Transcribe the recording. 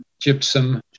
gypsum